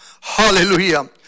Hallelujah